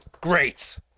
great